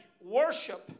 worship